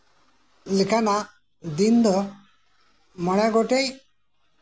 ᱫᱤᱱ ᱫᱚ ᱢᱚᱬᱮ ᱜᱚᱴᱮᱡ ᱤᱧ ᱞᱟᱹᱭᱮᱫ